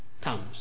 comes